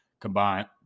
combined